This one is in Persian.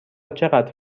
چقدر